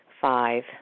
Five